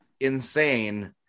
insane